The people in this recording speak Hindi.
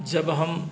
जब हम